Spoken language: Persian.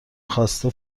خواسته